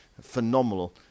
phenomenal